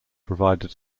provided